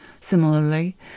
Similarly